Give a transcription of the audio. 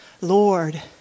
Lord